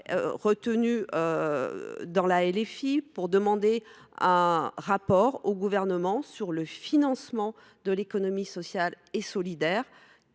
Il visait à demander un rapport au Gouvernement sur le financement de l’économie sociale et solidaire,